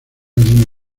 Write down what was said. bien